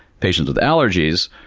patients with allergies,